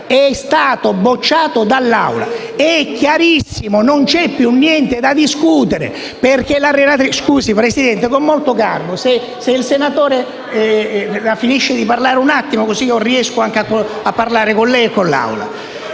è stato bocciato dall'Assemblea. È chiarissimo e non c'è più niente da discutere.